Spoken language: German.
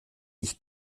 ich